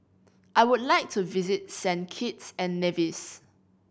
I would like to visit Saint Kitts and Nevis